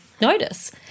notice